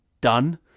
done